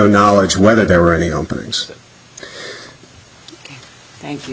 knowledge whether there were any openings thank you